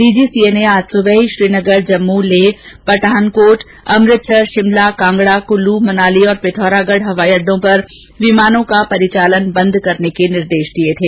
DGCA ने आज सुबह ही श्रीनगर जम्मू लेह पठानकोट अमृतसर शिमला कांगड़ा कुल्लू मनाली और पिथौरागढ हवाई अड्डो पर विमानों को परिचालन बंद करने के निर्देश दिए थे